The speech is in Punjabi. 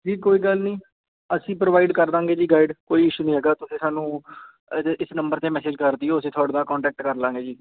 ਜੀ ਕੋਈ ਗੱਲ ਨਹੀਂ ਅਸੀਂ ਪ੍ਰੋਵਾਈਡ ਕਰ ਦਾਂਗੇ ਜੀ ਗਾਈਡ ਕੋਈ ਇਸ਼ੂ ਨਹੀਂ ਹੈਗਾ ਤੁਸੀਂ ਸਾਨੂੰ ਅਜੇ ਇਸ ਨੰਬਰ 'ਤੇ ਮੈਸੇਜ ਕਰ ਦਿਓ ਅਸੀਂ ਤੁਹਾਡੇ ਨਾਲ਼ ਕੰਟੈਕਟ ਕਰ ਲਾਂਗੇ ਜੀ